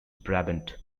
brabant